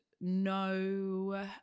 no